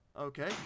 Okay